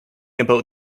about